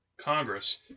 Congress